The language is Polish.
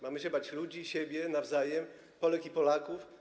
Mamy się bać ludzi, siebie nawzajem, Polek i Polaków?